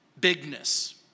bigness